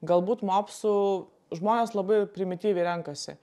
galbūt mopsų žmonės labai primityviai renkasi